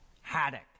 Haddock